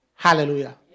Hallelujah